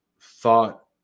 thought